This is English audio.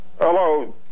Hello